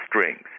strings